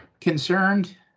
concerned